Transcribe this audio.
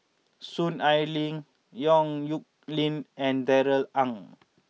Soon Ai Ling Yong Nyuk Lin and Darrell Ang